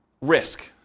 risk